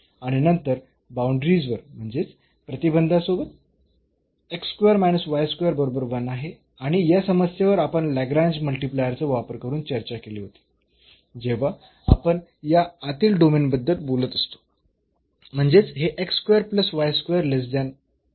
आणि नंतर बाऊंडरीज वर म्हणजेच प्रतिबंधांसोबत बरोबर आहे आणि या समस्येवर आपण लाग्रेंज मल्टिप्लायरचा वापर करून चर्चा केली होती जेव्हा आपण या आतील डोमेन बद्दल बोलत असतो म्हणजेच हे आहे